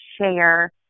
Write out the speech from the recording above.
share